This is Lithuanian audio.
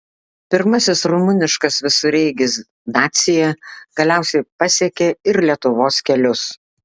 pirmasis rumuniškas visureigis dacia galiausiai pasiekė ir lietuvos kelius